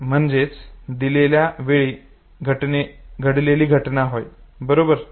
म्हणजेच दिलेल्या वेळी घडलेली घटना होय बरोबर